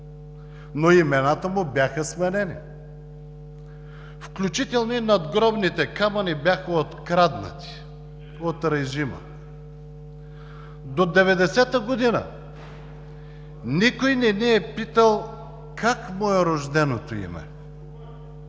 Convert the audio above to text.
Но имената му бяха сменени, включително и надгробните камъни бяха откраднати от режима. До 1990 г. никой не ни е питал как му е рожденото име,